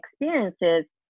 experiences